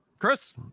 Chris